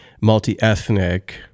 multi-ethnic